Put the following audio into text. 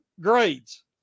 grades